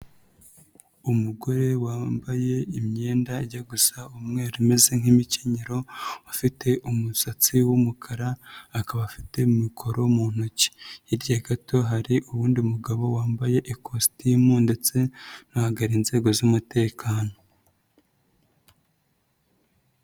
Umugore wambaye imyenda ajya gusa umweru imeze nk'imikenyero, ufite umusatsi w'umukara, akaba afite mikoro mu ntoki. Hirya gato hari uwundi mugabo wambaye ikositimu ndetse anahagarariye inzego z'umutekano.